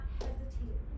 hesitate